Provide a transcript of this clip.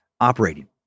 operating